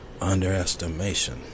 Underestimation